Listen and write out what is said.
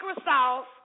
Microsoft